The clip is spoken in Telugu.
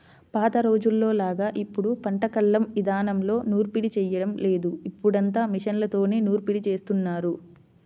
పాత రోజుల్లోలాగా ఇప్పుడు పంట కల్లం ఇదానంలో నూర్పిడి చేయడం లేదు, ఇప్పుడంతా మిషన్లతోనే నూర్పిడి జేత్తన్నారు